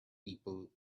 people